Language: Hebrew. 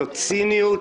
זאת ציניות,